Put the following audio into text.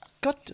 God